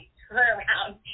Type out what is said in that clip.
turnaround